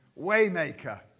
Waymaker